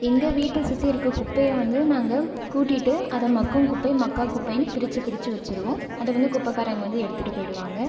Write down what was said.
எங்கள் வீட்டு சுற்றி இருக்க குப்பையை வந்து நாங்கள் கூட்டிகிட்டு அதை மக்கும் குப்பை மக்கா குப்பைன்னு பிரிச்சு பிரிச்சு வச்சிருவோ அதை வந்து குப்பைகாரங்க வந்து எடுத்துகிட்டு போயிடுவாங்க